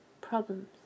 problems